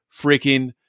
freaking